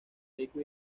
rico